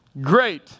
Great